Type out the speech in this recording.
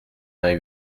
vingt